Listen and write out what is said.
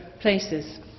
places